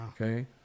okay